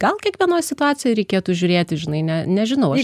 gal kiekvienoj situacijoj reikėtų žiūrėti žinai ne nežinau aš